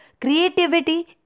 Creativity